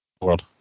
world